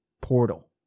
portal